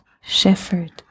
shepherd